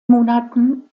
monaten